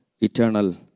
eternal